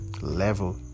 level